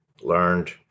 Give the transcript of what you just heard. learned